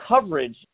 coverage